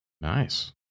Nice